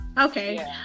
Okay